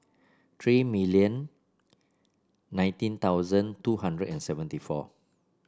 three million nineteen thousand two hundred and seventy four